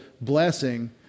blessing